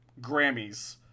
grammys